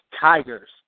Tigers